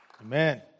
Amen